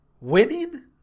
winning